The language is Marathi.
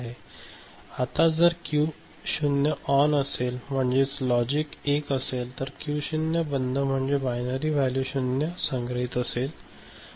आणि जर क्यू 0 ऑन असेल म्हणजे लॉजिक 1 असेल तर क्यू 0 बंद म्हणजे बायनरी व्हॅल्यू 0 संग्रहित असेल